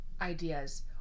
ideas